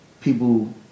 people